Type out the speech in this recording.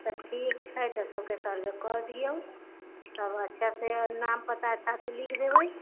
तऽ ठीक छै सबके सर्वे कऽ दियौ सब अच्छा से नाम पता अच्छा से लिख देबै